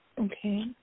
Okay